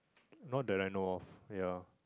not the I know of yeah